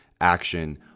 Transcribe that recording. Action